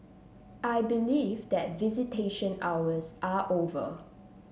I believe that visitation hours are over